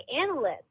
analysts